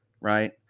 right